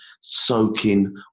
soaking